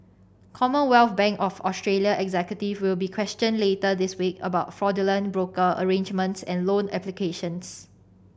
Commonwealth Bank of Australia executives will be questioned later this week about fraudulent broker arrangements and loan applications